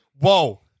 whoa